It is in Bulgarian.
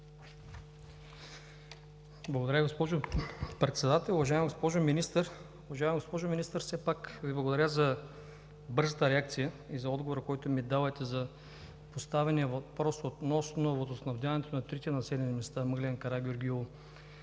Благодаря, госпожо Председател. Уважаема госпожо Министър, все пак Ви благодаря за бързата реакция и за отговора, който ми давате на поставения въпрос относно водоснабдяването на трите населени места – Мъглен, Карагеоргиево